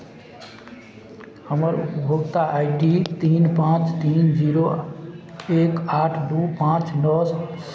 हमर उपभोक्ता I D तीन पाँच तीन जीरो एक आठ दू पाँच नओ